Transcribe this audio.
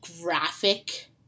graphic